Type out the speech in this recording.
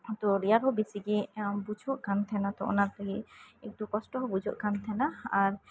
ᱛᱚ ᱨᱮᱭᱟᱲ ᱦᱚᱸ ᱵᱮᱥᱤ ᱜᱮ ᱵᱩᱡᱷᱟᱹᱜ ᱠᱟᱱ ᱛᱟᱦᱮᱸᱱᱟ ᱛᱚ ᱚᱱᱟ ᱛᱮᱜᱮ ᱮᱠᱴᱩ ᱠᱚᱥᱴᱚ ᱦᱚᱸ ᱵᱩᱡᱷᱟᱹᱜ ᱠᱟᱱ ᱛᱟᱦᱮᱸᱱᱟ ᱟᱨ